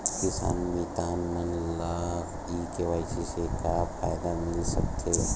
किसान मितान मन ला ई व्यवसाय से का फ़ायदा मिल सकथे?